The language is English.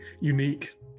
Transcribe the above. unique